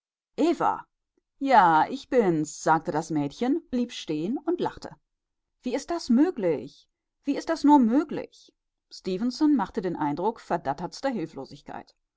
eva ja ich bin's sagte das mädchen blieb stehen und lachte wie ist das möglich wie ist das nur möglich stefenson machte den eindruck verdattertster hilflosigkeit